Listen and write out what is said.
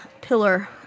pillar